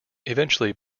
eventually